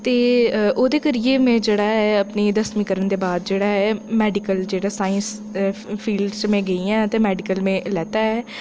ते ओह्दे करियै में जेह्ड़ा अपनी दसमीं करने दे बाद जेह्ड़ा ऐ मैडिकल जेह्ड़ा साईंस फील्ड च में गेईं ऐं ते मैडिकल में लैता ऐ